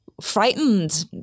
frightened